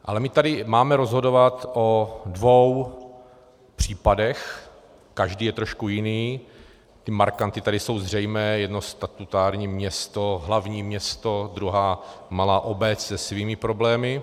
Ale my tady máme rozhodovat o dvou případech, každý je trošku jiný, ty markanty tady jsou zřejmé, jedno statutární město, hlavní město, druhé malá obec se svými problémy.